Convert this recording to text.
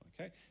okay